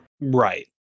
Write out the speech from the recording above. Right